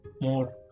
more